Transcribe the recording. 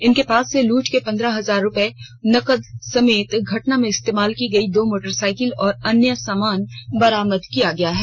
इनके पास से लूट के पंद्रह हजार रुपया नकद समेत घटना में इस्तेमाल की गई दो मोटरसाइकिल और अन्य सामान बरामद किया गया है